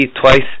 twice